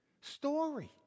story